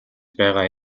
байгаа